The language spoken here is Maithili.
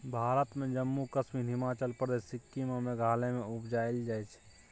भारत मे जम्मु कश्मीर, हिमाचल प्रदेश, सिक्किम आ मेघालय मे उपजाएल जाइ छै